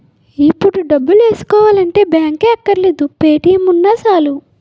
ఇప్పుడు డబ్బులేసుకోవాలంటే బాంకే అక్కర్లేదు పే.టి.ఎం ఉన్నా చాలు